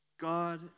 God